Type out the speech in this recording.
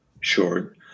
sure